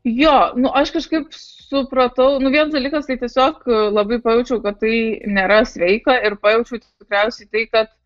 jo nu aš kažkaip supratau nu vienas dalykas tai tiesiog labai pajaučiau kad tai nėra sveika ir pajaučiau tikriausiai tai kad